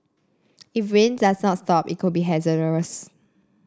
if rain does not stop it could be hazardous